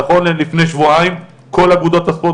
נכון ללפני שבועיים כל אגודות הספורט